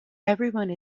everyone